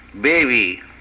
baby